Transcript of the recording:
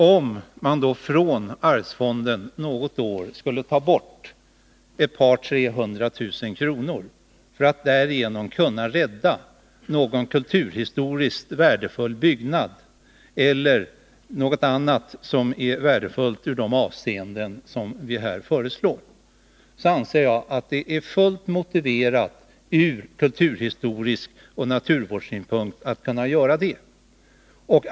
Om det från arvsfonden något år skulle tas bort ett par tre hundra tusen kronor och det därigenom skulle bli möjligt att rädda någon kulturhistoriskt värdefull byggnad eller något annat som är värdefullt i de avseenden vi har nämnt, anser jag att det är fullt motiverat att göra det.